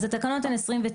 אז התקנות הן 29,